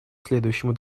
следующему